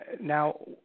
Now